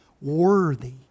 Worthy